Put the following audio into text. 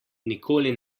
nikoli